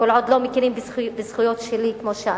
כל עוד לא מכירים בזכויות שלי כמו שאני,